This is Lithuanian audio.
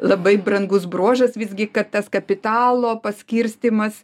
labai brangus bruožas visgi kad tas kapitalo paskirstymas